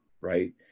right